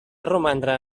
romandre